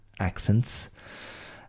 accents